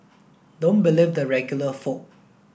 don't believe the regular folk